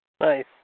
Nice